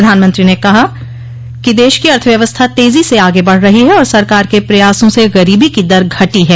प्रधानमंत्री ने कहा कि देश की अर्थव्यवस्था तेजो से आगे बढ़ रही है और सरकार के प्रयासों से गरीबी की दर घटी है